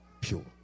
pure